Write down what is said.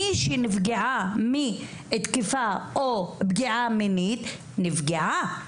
מי שנפגעה מתקיפה או פגיעה מינית נפגעה,